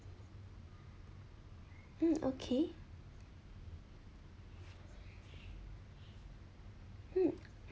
mm okay mm